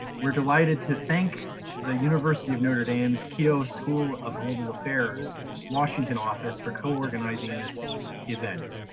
we're delighted to thank the university of notre dame's keough school of global affairs washington office for co-organizing this event.